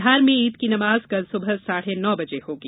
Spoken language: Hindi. धार में ईद की नमाज़ कल सुबह साढ़े नौ बजे होगी